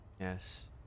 Yes